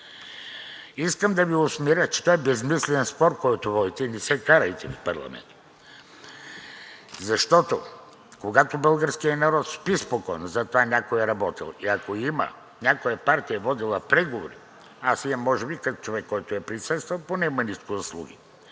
Искам да Ви усмиря, че това е безсмислен спор, който водите, и не се карайте в парламента, защото, когато българският народ спи спокойно, за това някой е работил. И ако има някоя партия, водила преговори, аз съм, може би, като човек, който е присъствал – имам поне мъничко заслуги